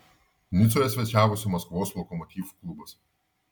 nicoje svečiavosi maskvos lokomotiv klubas